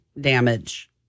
damage